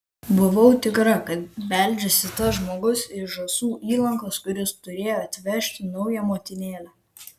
buvau tikra kad beldžiasi tas žmogus iš žąsų įlankos kuris turėjo atvežti naują motinėlę